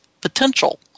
potential